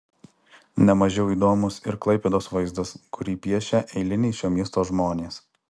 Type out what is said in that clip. ne mažiau įdomus ir klaipėdos vaizdas kurį piešia eiliniai šio miesto žmonės